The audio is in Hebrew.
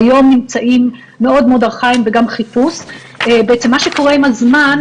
שהיום נמצאים מאוד ארכאיים מה שקורה עם הזמן,